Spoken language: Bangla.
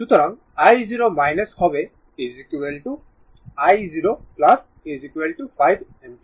সুতরাং i0 হবে i0 5 অ্যাম্পিয়ার